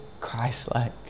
Christ-like